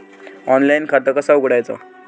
Online खाता कसा उघडायचा?